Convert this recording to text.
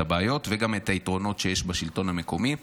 את הבעיות וגם את היתרונות שיש בשלטון המקומי,